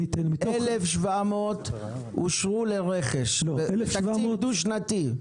1,700 אושרו לרכש בתקציב דו שנתי.